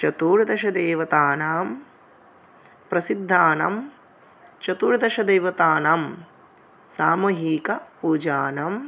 चतुर्दश देवतानां प्रसिद्धानां चतुर्दश देवतानां सामूहिकपूजानां